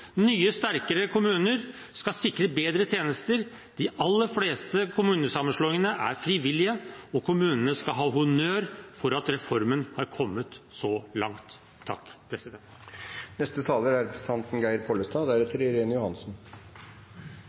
Nye sterkere kommuner skal sikre bedre tjenester. De aller fleste kommunesammenslåingene er frivillige, og kommunene skal ha honnør for at reformen er kommet så langt.